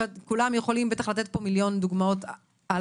שכולם בטח יכולים לתת לזה לזה מיליון דוגמאות איומות